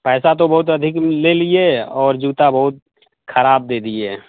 पैसा तो बहुत अधिक ले लिए और जूता बहुत खराब दे दिए